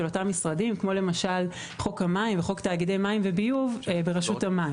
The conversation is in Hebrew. אותם משרדים כמו למשל חוק המים וחוק תאגידי מים וביוב ברשות המים.